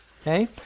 Okay